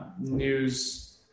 news